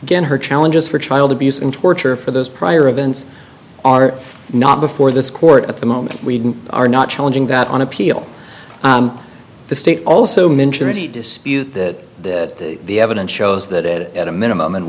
again her challenges for child abuse and torture for those prior events are not before this court at the moment we are not challenging that on appeal the state also mentioned as you dispute that the evidence shows that it at a minimum and